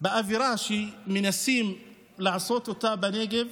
שבאווירה שמנסים לעשות אותה בנגב